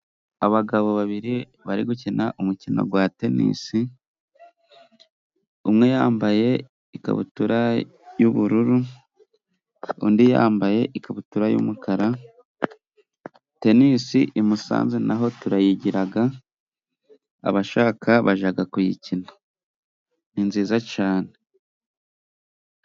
Abagabo babiri bari gukina umukino gwa tenisi，umwe yambaye ikabutura y'ubururu undi yambaye ikabutura y'umukara. Tenisi i Musanze naho turayigiraga，abashaka bajaga kuyikina ni nziza cane.